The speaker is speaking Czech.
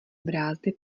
brázdy